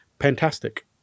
fantastic